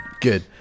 Good